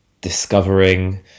discovering